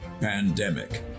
Pandemic